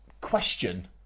question